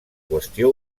qüestió